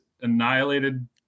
annihilated